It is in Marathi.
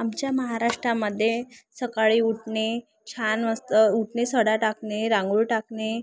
आमच्या महाराष्ट्रामध्ये सकाळी उठणे छान मस्त उठणे सडा टाकणे रांगोळी टाकणे